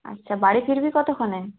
আচ্ছা বাড়ি ফিরবি কতক্ষণে